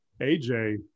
AJ